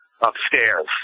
upstairs